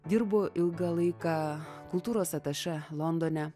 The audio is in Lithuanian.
dirbo ilgą laiką kultūros atašė londone